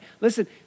Listen